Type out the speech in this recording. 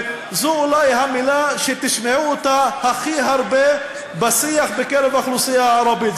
זו אולי המילה שתשמעו הכי הרבה בשיח בקרב האוכלוסייה הערבית,